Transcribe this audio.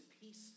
peace